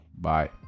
Bye